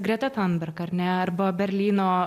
greta tamberg ar ne arba berlyno